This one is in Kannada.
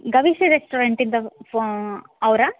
ಗವಿಶ್ರೀ ರೆಸ್ಟೋರೆಂಟ್ ಇಂದ ಫೋ ಅವರಾ